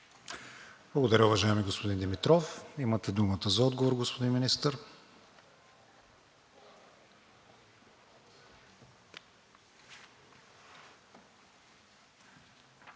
Благодаря, уважаеми господин Димитров. Имате думата за отговор, господин Министър.